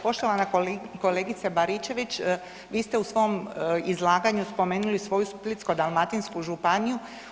Poštovana kolegice Baričević vi ste u svom izlaganju spomenuli svoju Splitsko-dalmatinsku županiju.